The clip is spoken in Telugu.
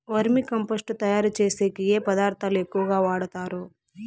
వర్మి కంపోస్టు తయారుచేసేకి ఏ పదార్థాలు ఎక్కువగా వాడుతారు